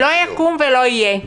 לא יקום ולא יהיה.